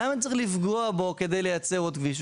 למה צריך לפגוע בו כדי לייצר עוד כביש?